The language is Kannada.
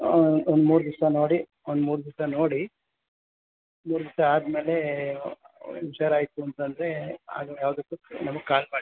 ಹಾಂ ಒಂದು ಮೂರು ದಿವಸ ನೋಡಿ ಒಂದು ಮೂರು ದಿವಸ ನೋಡಿ ಮೂರು ದಿವಸ ಆದಮೇಲೆ ಹುಷಾರಾಯಿತು ಅಂತಂದರೆ ಆಗ ಯಾವುದಕ್ಕೂ ನಮಗೆ ಕಾಲ್ ಮಾಡಿ